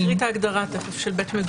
אני אקריא תכף את ההגדרה של בית מגורים.